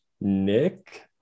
Nick